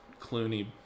clooney